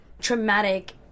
traumatic